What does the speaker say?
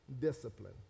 discipline